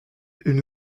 une